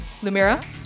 Lumira